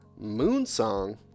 Moonsong